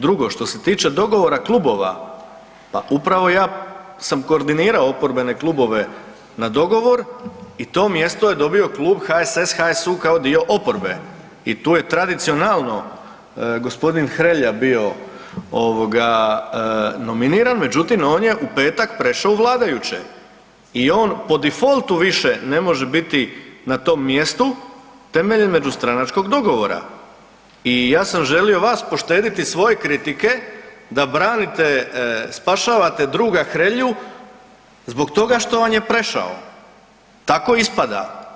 Drugo, što se tiče dogovora klubova, pa upravo ja sam koordinirao oporbene klubove na dogovor i to mjesto je dobio Klub HSS-HSU kao dio oporbe i tu je tradicionalno g. Hrelja bio ovoga, nominira, međutim, on je u petak prešao u vladajuće i on po defaultu više ne može biti na tom mjestu temeljem međustranačkog dogovora i ja sam želio vas poštediti svoje kritike da branite, spašavate druga Hrelju zbog toga što vam je prešao, tako ispada.